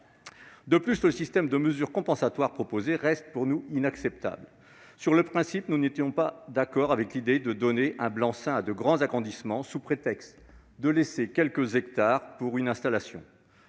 De plus, le système de mesures compensatoires qui est proposé reste pour nous inacceptable. Sur le principe, nous n'étions pas d'accord avec l'idée de donner un blanc-seing à de grands agrandissements, sous prétexte de laisser quelques hectares pour une installation.